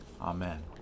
Amen